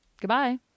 goodbye